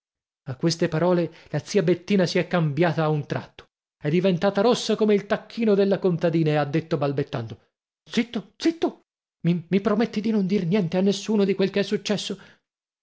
a queste parole la zia bettina si è cambiata a un tratto è diventata rossa come il tacchino della contadina e ha detto balbettando zitto i prometti di non dir niente a nessuno di quel che è successo